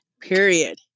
Period